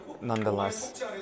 nonetheless